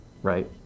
Right